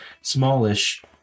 smallish